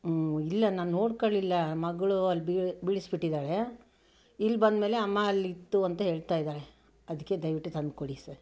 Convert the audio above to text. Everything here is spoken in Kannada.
ಇಲ್ಲ ನಾನು ನೋಡ್ಕೊಳ್ಳಿಲ್ಲ ಮಗಳು ಅಲ್ಲಿ ಬೀಳಿಸ್ಬಿಟ್ಟಿದ್ದಾಳೆ ಇಲ್ಲಿ ಬಂದ್ಮೇಲೆ ಅಮ್ಮ ಅಲ್ಲಿತ್ತು ಅಂತ ಹೇಳ್ತಾಯಿದ್ದಾಳೆ ಅದಕ್ಕೆ ದಯವಿಟ್ಟು ತಂದ್ಕೊಡಿ ಸರ್